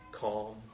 calm